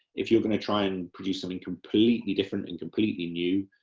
if you're going to try and and produce something completely different and completely new,